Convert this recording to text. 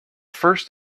first